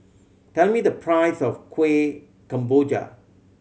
tell me the price of Kueh Kemboja